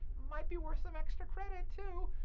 might be worth some extra credit too.